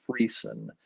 Friesen